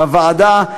בוועדה,